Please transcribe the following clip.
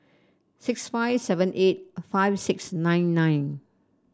six five seven eight five six nine nine